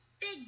Big